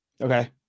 okay